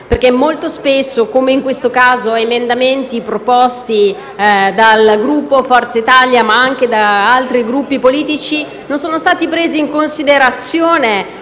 Molto spesso - come in questo caso - emendamenti proposti dal Gruppo Forza Italia e anche da altri Gruppi sono stati presi in considerazione